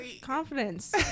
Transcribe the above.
confidence